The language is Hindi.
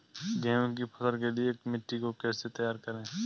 गेहूँ की फसल के लिए मिट्टी को कैसे तैयार करें?